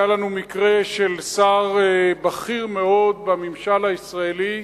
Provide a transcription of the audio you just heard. היה לנו מקרה של שר בכיר מאוד בממשל הישראלי,